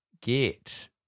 get